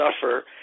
suffer